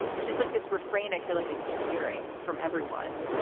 which is like this refrain. i feel like i keep hearing from everyone.